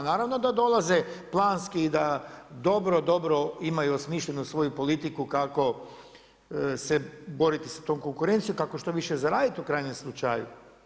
Naravno da dolaze planski i da dobro, dobro imaju osmišljenu svoju politiku kako se boriti sa tom konkurencijom, kako što više zaraditi u krajnjem slučaju.